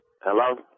Hello